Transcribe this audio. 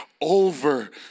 over